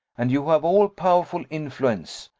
and you have all-powerful influence,